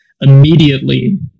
immediately